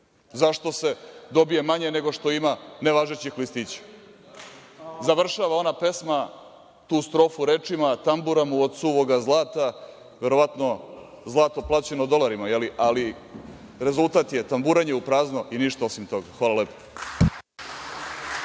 zašto se dobija manje nego što ima nevažećih listića. Završava ona pesma, tu strofu rečima – tambura mu od suvoga zlata, verovatno zlato plaćeno dolarima, ali rezultat je tamburanje u prazno i ništa osim toga. Hvala lepo.